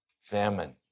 Famine